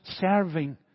serving